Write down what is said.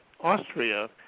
Austria